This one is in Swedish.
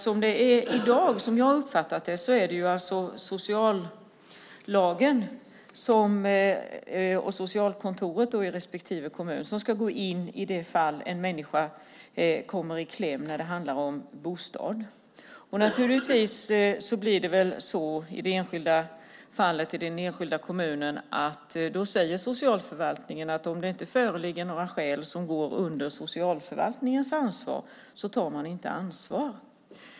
Som jag har uppfattat att det är i dag är det socialtjänstlagen som ska tillämpas och socialkontoret i respektive kommun som ska gå in i de fall en människa kommer i kläm när det handlar om bostad. I det enskilda fallet i den enskilda kommunen blir det väl så att socialförvaltningen säger att om det inte föreligger några skäl som går under socialförvaltningens ansvar så tar man inte det ansvaret.